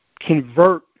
convert